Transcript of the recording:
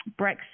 Brexit